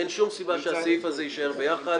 אין שום סיבה שהסעיף הזה יישאר ביחד,